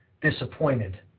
disappointed